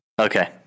Okay